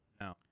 No